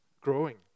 growing